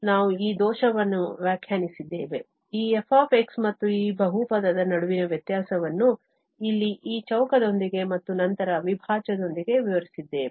ಆದ್ದರಿಂದ ನಾವು ಈ ದೋಷವನ್ನು ವ್ಯಾಖ್ಯಾನಿಸಿದ್ದೇವೆ ಈ f ಮತ್ತು ಈ ಬಹುಪದದ ನಡುವಿನ ವ್ಯತ್ಯಾಸವನ್ನು ಇಲ್ಲಿ ಈ ಚೌಕದೊಂದಿಗೆ ಮತ್ತು ನಂತರ ಅವಿಭಾಜ್ಯದೊಂದಿಗೆ ವಿವರಿಸಿದ್ದೇವೆ